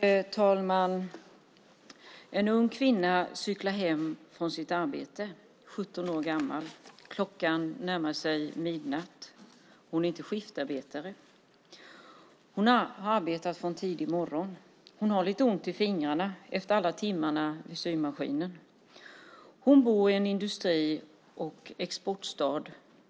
Fru talman! En ung kvinna cyklar hem från sitt arbete. Hon är 17 år gammal, och klockan närmar sig midnatt. Hon är inte skiftarbetare. Hon har arbetat från tidig morgon. Hon har lite ont i fingrarna efter alla timmar vid symaskinen. Hon bor i en industri och exportstad,